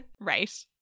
Right